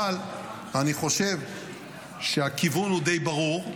אבל אני חושב שהכיוון הוא די ברור,